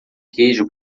queijo